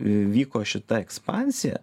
vyko šita ekspansija